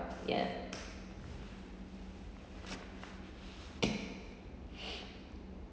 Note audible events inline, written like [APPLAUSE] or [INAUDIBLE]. ya [NOISE]